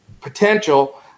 potential